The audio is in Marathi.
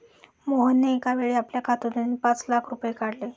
मोहनने एकावेळी आपल्या खात्यातून पाच लाख रुपये काढले